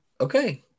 okay